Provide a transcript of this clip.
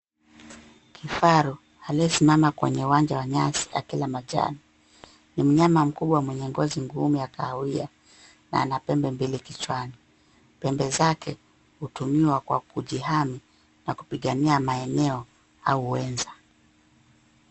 Kifaru aliyesimama kwenye uwanja wa nyasi akila majani. Ni mnyama mkubwa mwenye ngozi ya kahawia na ana pembe mbili kichwani. Pembe zake hutumiwa kwa kujihami na kupigania maeneo au uweza.